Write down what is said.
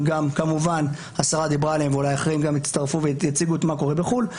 כמובן השרה דיברה עליהם ואולי אחרים גם יצטרפו ויציגו מה קורה בחו"ל,